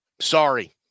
sorry